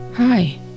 Hi